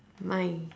my